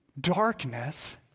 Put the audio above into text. darkness